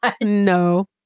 No